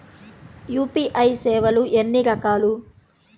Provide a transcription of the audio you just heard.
UPI సేవలు ఎన్నిరకాలు?